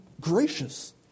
gracious